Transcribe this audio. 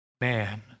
man